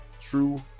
True